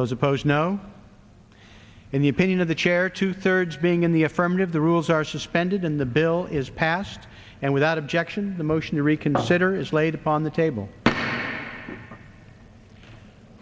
those opposed no in the opinion of the chair two thirds being in the affirmative the rules are suspended in the bill is passed and without objection the motion to reconsider is laid upon the table